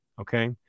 Okay